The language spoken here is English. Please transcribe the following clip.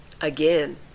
Again